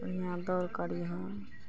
बढ़िआँ दौड़ करीह